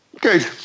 Good